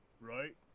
right